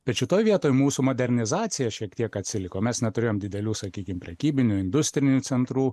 bet šitoj vietoj mūsų modernizacija šiek tiek atsiliko mes neturėjom didelių sakykim prekybinių industrinių centrų